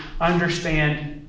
understand